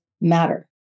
matter